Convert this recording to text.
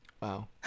Wow